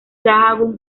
sahagún